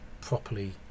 properly